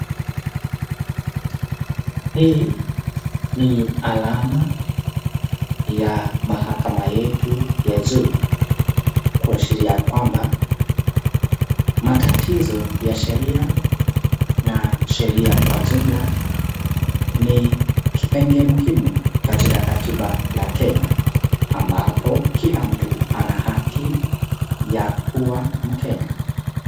Hii ni alama ya mahakama yetu ya juu kuashiria kwamba matatizo ya sheria na sheria kwa jumla ni kipengee muhimu katika katiba la Kenya ambapo kila mtu ana haki ya kuwa mkenya.